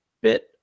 bit